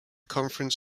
conference